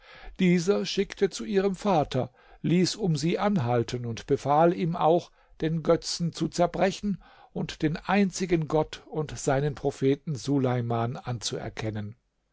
dieser schickte zu ihrem vater ließ um sie anhalten und befahl ihm auch den götzen zu zerbrechen und den einzigen gott und seinen propheten suleiman anzuerkennen